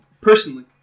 personally